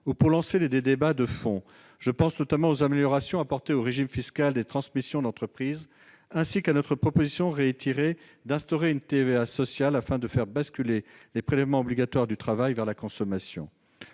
ou pour lancer des débats de fond. Je pense notamment aux améliorations apportées au régime fiscal des transmissions d'entreprise, ainsi qu'à notre proposition réitérée d'instaurer une TVA sociale, afin de faire basculer les prélèvements obligatoires du travail vers la consommation.